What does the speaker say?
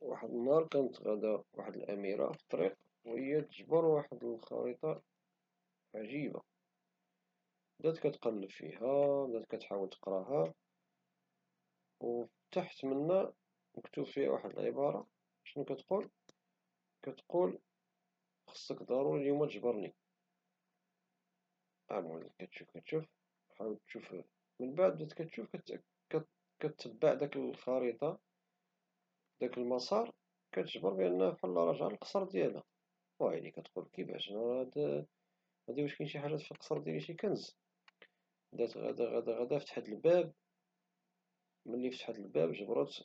واحد النهار كانت واحد الأميرة غادا وهي تجبر خريطة عجيبة بدات كتقلب فيها وكتحاول تقراها وتحت منها مكتوب واحد العبارة كتقول: 'خصك ضروري اليوم تجبرني' ، بقات كتشوف كتشوف من بعد بدات كتشوف كتبع داك الخريطة وداك المسار كتبان بحال غدا راجعة للقصر ديالها، وايلي كتقول كيفاش هدشي؟ كتقول واش شي حد مخبع في القصر ديالي شي كنز ، بقات غدا غدا فتحت الباب، وملي فتحت الباب جبرت